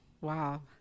Wow